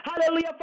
hallelujah